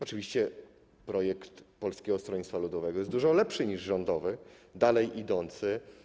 Oczywiście projekt Polskiego Stronnictwa Ludowego jest dużo lepszy niż rządowy, dalej idący.